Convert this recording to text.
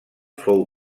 fou